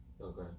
Okay